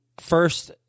first